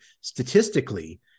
statistically